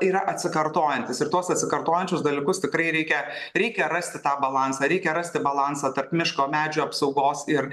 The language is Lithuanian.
yra atsikartojantys ir tuos atsikartojančius dalykus tikrai reikia reikia rasti tą balansą reikia rasti balansą tarp miško medžių apsaugos ir